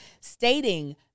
stating